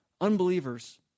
Unbelievers